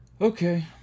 Okay